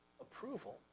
approval